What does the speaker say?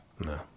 No